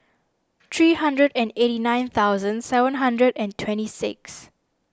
three hundred and eighty nine thousand seven hundred and twenty six